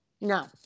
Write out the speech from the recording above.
no